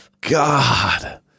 God